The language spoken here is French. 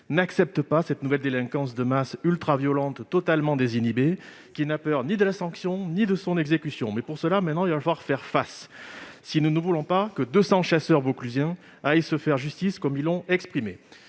n'acceptent pas cette nouvelle délinquance de masse ultraviolente et totalement désinhibée, qui n'a peur ni de la sanction ni de son exécution. Il va donc falloir faire face, si nous ne voulons pas que deux cents chasseurs vauclusiens aillent se faire justice comme ils en ont exprimé